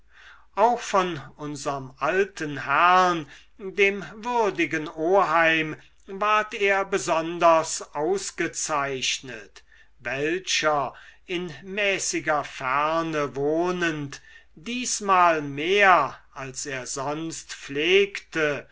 auch von unserm alten herrn dem würdigen oheim ward er besonders ausgezeichnet welcher in mäßiger ferne wohnend diesmal mehr als er sonst pflegte